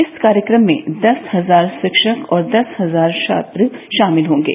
इस कार्यक्रम में दस हजार शिक्षक और दस हजार छात्र शामिल होंगे